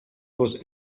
was